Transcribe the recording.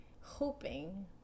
hoping